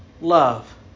love